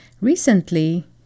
recently